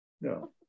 No